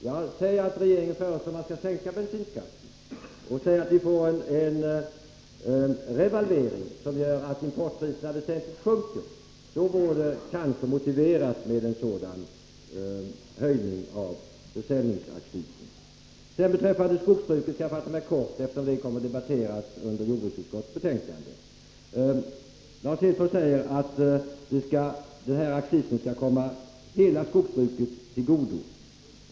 Ja, säg att regeringen föreslår att man skall sänka bensinskatten och säg att vi får en revalvering, som gör att importpriserna sjunker väsentligt! Då vore det kanske motiverat med en höjning av försäljningsaccisen. Beträffande skogsbruket skall jag fatta mig kort, eftersom det kommer att debatteras i samband med behandlingen av jordbruksutskottets betänkande. Lars Hedfors säger att höjningen av skogsvårdsavgiften skall komma hela skogsbruket till godo.